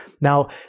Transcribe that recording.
Now